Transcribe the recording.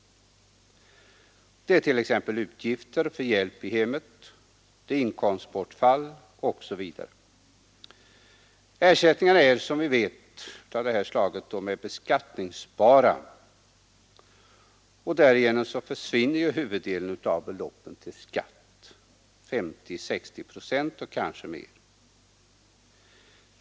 Det gäller t.ex. utgifter för hjälp i hemmet, inkomstbortfall osv. Ersättningar av det här slaget är som vi vet beskattningsbara och därigenom försvinner huvuddelen av beloppet till skatt — 50—60 procent, kanske mer.